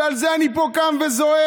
ועל זה אני פה קם וזועק.